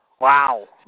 Wow